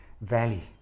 valley